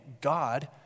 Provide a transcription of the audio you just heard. God